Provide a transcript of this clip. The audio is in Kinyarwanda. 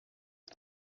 aba